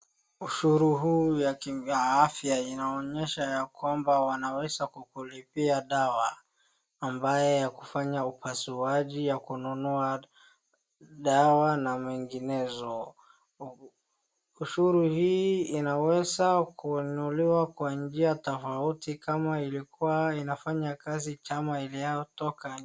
Ushuru huu wa afya inaonyesha ya kwamba wanaweza kukulipia dawa. Ambaye yakufanya upasuaji ,wa kununua dawa na menginezo. Ushuru hii inaweza kuinuliwa kwa njia tofauti kama ilikuwa inafanya kazi chama iliyotoka.